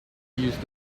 used